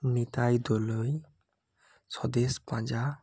Nitai Doloi Swadesh Panja